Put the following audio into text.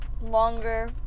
Longer